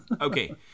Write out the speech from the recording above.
Okay